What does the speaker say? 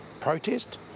protest